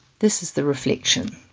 this is the reflection.